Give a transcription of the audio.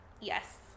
Yes